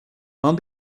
man